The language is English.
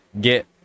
get